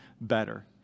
better